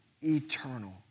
eternal